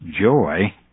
joy